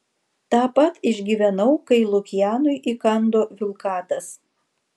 tą pat išgyvenau kai lukianui įkando vilkatas